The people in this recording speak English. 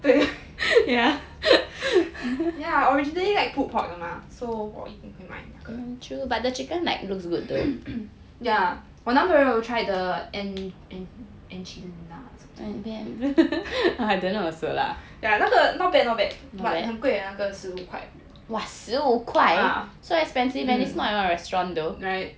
对 yeah yeah ya I originally like pulled pork 的 mah so 我一定会买那个 ya 我男朋友 tried the en~ en~ enchila~ something ya 那个 not bad not bad but 很贵 leh 那个十五块 ah mm right